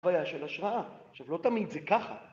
הבעיה של השראה, עכשיו לא תמיד זה ככה